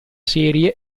serie